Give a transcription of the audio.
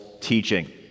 teaching